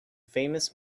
famous